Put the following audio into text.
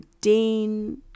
Dean